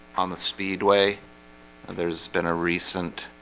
on the speedway there's been a recent